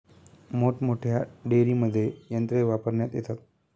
मोठमोठ्या डेअरींमध्ये यंत्रे वापरण्यात येतात